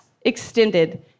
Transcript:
extended